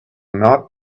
not